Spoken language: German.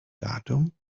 datum